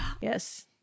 Yes